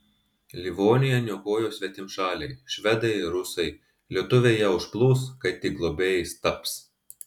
livoniją niokoja svetimšaliai švedai rusai lietuviai ją užplūs kai tik globėjais taps